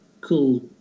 cool